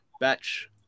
Batch